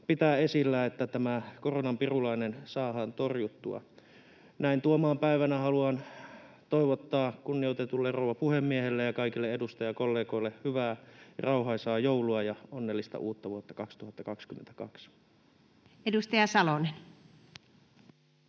pitää esillä, jotta tämä koronan pirulainen saadaan torjuttua. Näin Tuomaan päivänä haluan toivottaa kunnioitetulle rouva puhemiehelle ja kaikille edustajakollegoille hyvää ja rauhaisaa joulua ja onnellista uutta vuotta 2022. [Speech